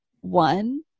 one